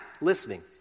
listening